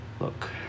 Look